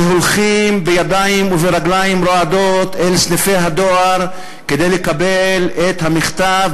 שהולכים בידיים וברגליים רועדות אל סניפי הדואר כדי לקבל את המכתב,